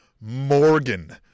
Morgan